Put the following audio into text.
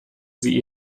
sie